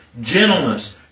gentleness